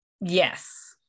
Yes